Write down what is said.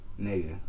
nigga